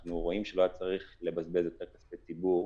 ואנחנו רואים שלא היה צריך לבזבז יותר כספי ציבור,